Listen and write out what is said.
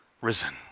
risen